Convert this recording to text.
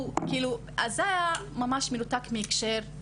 זה היה ממש מנותק מהקשר.